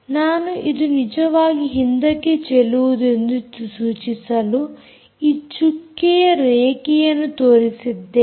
ನಾನು ಇದು ನಿಜವಾಗಿ ಹಿಂದಕ್ಕೆ ಚೆಲ್ಲುವುದೆಂದು ಸೂಚಿಸಲು ಈ ಚುಕ್ಕೆಯ ರೇಖೆಯನ್ನು ತೋರಿಸಿದ್ದೇನೆ